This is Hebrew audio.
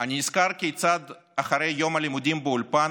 אני נזכר כיצד אחרי יום הלימודים באולפן